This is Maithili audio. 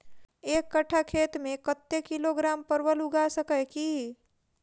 एक कट्ठा खेत मे कत्ते किलोग्राम परवल उगा सकय की??